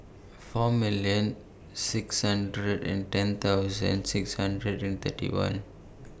four million six hundred and ten thousand six hundred and thirty one